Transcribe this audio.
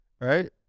right